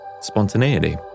spontaneity